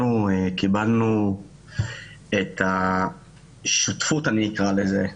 אנחנו קיבלנו את השותפות, אקרא לזה,